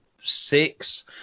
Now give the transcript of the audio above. six